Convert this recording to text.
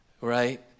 right